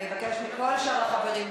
אני מבקשת מכל שאר החברים,